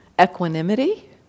equanimity